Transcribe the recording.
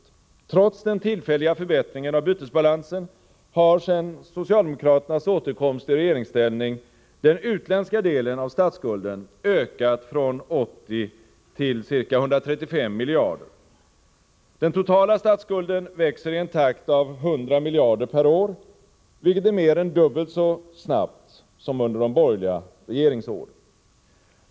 Trots den tillfälliga förbättringen i bytesbalansen har sedan socialdemokraternas återkomst i regeringsställning den utländska delen av statsskulden ökat från 80 till ca 135 miljarder. Den totala statsskulden växer i en takt av 100 miljarder per år, vilket är mer än dubbelt så snabbt som under de borgerliga regeringsåren.